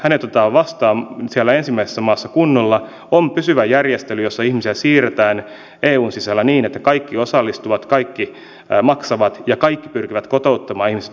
hänet otetaan vastaan siellä ensimmäisessä maassa kunnolla ja on pysyvä järjestely jossa ihmisiä siirretään eun sisällä niin että kaikki osallistuvat kaikki maksavat ja kaikki pyrkivät kotouttamaan ihmiset mahdollisimman hyvin